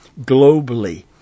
globally